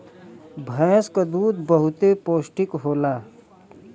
भैंस क दूध बहुते पौष्टिक होला